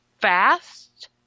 fast